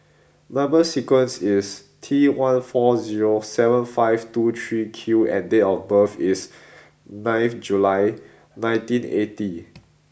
number sequence is T one four zero seven five two three Q and date of birth is ninth June nineteen eighty